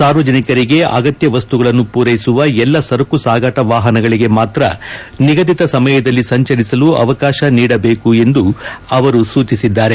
ಸಾರ್ವಜನಿಕರಿಗೆ ಅಗತ್ಯ ವಸ್ತುಗಳನ್ನು ಪೂರೈಸುವ ಎಲ್ಲ ಸರಕ ಸಾಗಟ ವಾಹನಗಳಿಗೆ ಮಾತ್ರ ನಿಗದಿತ ಸಮಯದಲ್ಲಿ ಸಂಚರಿಸಲು ಅವಕಾಶ ನೀಡಬೇಕು ಎಂದು ಅವರು ಸೂಚಿಸಿದ್ದಾರೆ